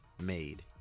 made